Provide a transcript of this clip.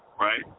Right